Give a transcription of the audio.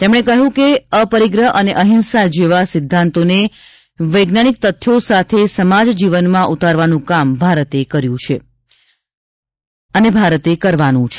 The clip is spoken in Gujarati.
તેમણે કહ્યું હતું કે અપરિગ્રહ અને અહિંસા જેવા સિધ્ધાંતોને વૈજ્ઞાનિક તથ્યો સાથે સમાજ જીવનમાં ઉતારવાનું કામ ભારતે કરવાનું છે